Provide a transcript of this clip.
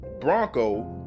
Bronco